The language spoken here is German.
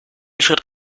schritt